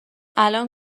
الان